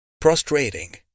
prostrating